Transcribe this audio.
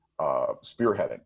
spearheading